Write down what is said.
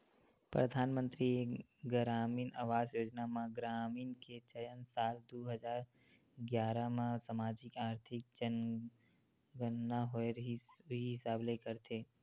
परधानमंतरी गरामीन आवास योजना म ग्रामीन के चयन साल दू हजार गियारा म समाजिक, आरथिक जनगनना होए रिहिस उही हिसाब ले करथे